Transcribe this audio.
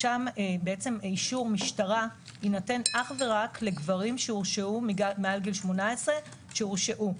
שאישור משטרה יינתן אך ורק לגברים שהורשעו מעל גיל 18. שהורשעו.